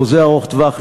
חוזה ארוך-טווח,